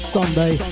Sunday